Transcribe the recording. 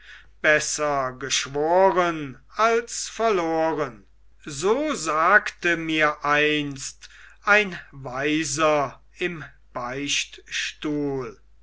besser geschworen als verloren so sagte mir einst ein weiser im beichtstuhl